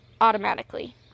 automatically